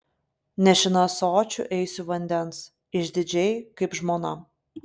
nešina ąsočiu eisiu vandens išdidžiai kaip žmona